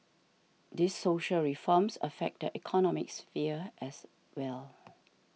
these social reforms affect the economic sphere as well